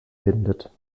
windet